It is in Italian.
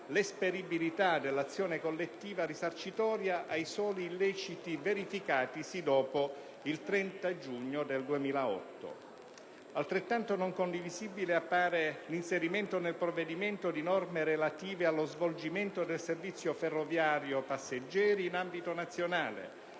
l'esperibilità dell'azione collettiva risarcitoria ai soli illeciti verificatisi dopo il 30 giugno 2008. Altrettanto non condivisibile appare l'inserimento nel provvedimento di norme relative allo svolgimento del servizio ferroviario passeggeri in ambito nazionale,